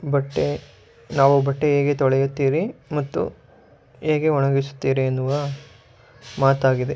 ಬಟ್ಟೆ ನಾವು ಬಟ್ಟೆ ಹೇಗೆ ತೊಳೆಯುತ್ತೀರಿ ಮತ್ತು ಹೇಗೆ ಒಣಗಿಸುತ್ತೀರಿ ಎನ್ನುವ ಮಾತಾಗಿದೆ